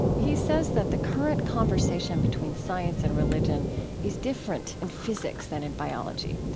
he says that the current conversation between science and religion is different in physics than in biology.